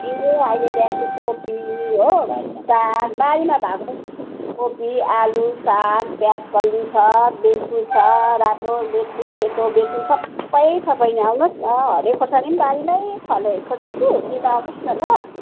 ए अहिले ल्याएको छु केपी हो साग बारीमा भएको कोपी आलु साग प्याजकल्ली छ बेथु छ रातो बेथु सेतो बेथु सबै छ बहिनी आउनुहोस् न हरियो खोर्सानी पनि बारीमै फलेको छ कि लिनु आउनुहोस् न ल